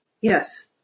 yes